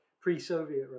pre-Soviet